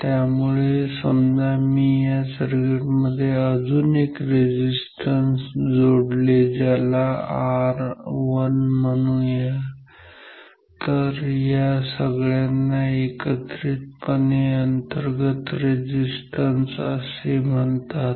त्यामुळे समजा मी या सर्किट मध्ये अजून एक रेझिस्टन्स जोडले ज्याला R1 म्हणूया तर या सगळ्यांना एकत्रितपणे अंतर्गत रेझिस्टन्स असे म्हणतात